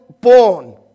born